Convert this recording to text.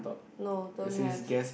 no don't have